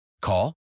Call